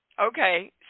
Okay